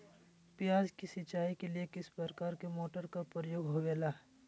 प्याज के सिंचाई के लिए किस प्रकार के मोटर का प्रयोग होवेला?